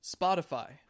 Spotify